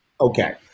Okay